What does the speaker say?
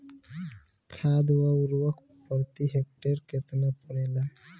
खाध व उर्वरक प्रति हेक्टेयर केतना पड़ेला?